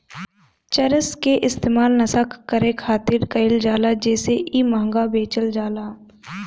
चरस के इस्तेमाल नशा करे खातिर कईल जाला जेसे इ महंगा बेचल जाला